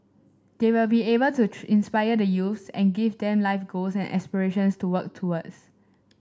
they will be able to inspire the youth and give them life goals and aspirations to work towards